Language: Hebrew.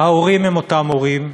ההורים הם אותם הורים,